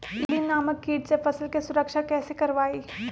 इल्ली नामक किट से फसल के सुरक्षा कैसे करवाईं?